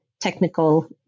technical